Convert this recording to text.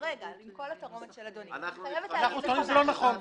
עם כל התרעומת של אדוני --- לפעמים זה לא נכון.